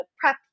prep